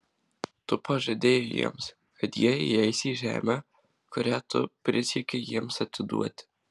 tu pažadėjai jiems kad jie įeis į žemę kurią tu prisiekei jiems atiduoti